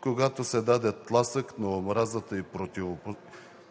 когато се даде тласък на омразата